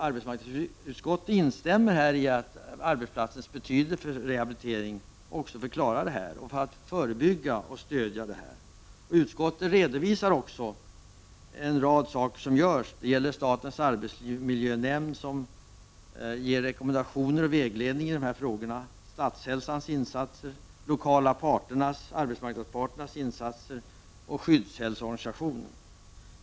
Arbetsmarknadsutskottet instämmer här i arbetsplatsens betydelse när det gäller att rehabilitera, förebygga och stödja. Utskottet redovisar en rad åtgärder som har vidtagits. Det gäller statens arbetsmiljönämnd som ger rekommendationer och vägledning i dessa frågor, Statshälsans insatser, de lokala arbetsmarknadsparternas insatser och skyddshälsoorganisationen.